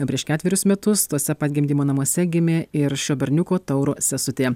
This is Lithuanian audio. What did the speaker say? prieš ketverius metus tuose pat gimdymo namuose gimė ir šio berniuko tauro sesutė